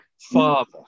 father